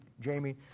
Jamie